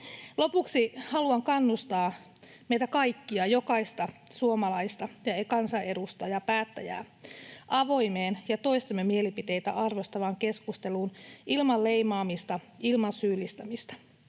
Lopuksi haluan kannustaa meitä kaikkia, jokaista suomalaista ja kansanedustajaa, päättäjää, avoimeen ja toistemme mielipiteitä arvostavaan keskusteluun ilman leimaamista, ilman syyllistämistä.